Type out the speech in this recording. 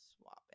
swapping